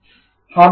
1